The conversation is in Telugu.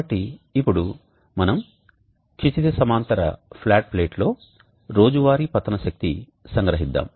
కాబట్టి ఇప్పుడు మనం క్షితిజ సమాంతర ఫ్లాట్ ప్లేట్లో రోజువారీ పతన శక్తి సంగ్రహిద్దాం